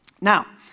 Now